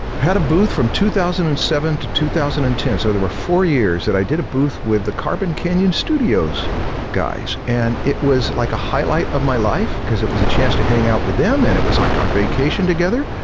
had a booth from two thousand and seven to two thousand and ten, so there were four years that i did a booth with the carbon canyon studios guys and it was like a highlight of my life because it was a chance to hang out with them and it was like our vacation together,